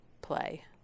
play